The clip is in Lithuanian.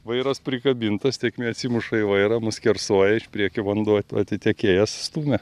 vairas prikabintas tėkmė atsimuša į vairą nuskersuoja iš priekio vanduo atitekėjęs stumia